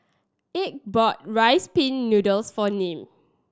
Ike bought Rice Pin Noodles for Nim